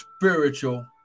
spiritual